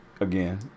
again